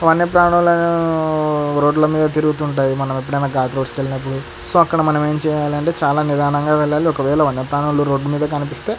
వన్య ప్రాణులను రోడ్ల మీద తిరుగుతుంటాయి మనం ఎప్పుడైనా ఘాట్ రోడ్స్కి వెళ్ళినప్పుడు సో అక్కడ మనం ఏమి చెయ్యాలంటే చాలా నిదానంగా వెళ్ళాలి ఒకవేళ వన్య ప్రాణులు రోడ్ మీద కనిపిస్తే